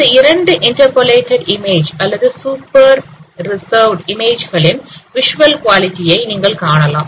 இந்த இரண்டு interpolated image அல்லது சூப்பர் ரிசர்வுடூ இமேஜ் களின் விஷ்வல் குவாலிட்டி ஐ நீங்கள் காணலாம்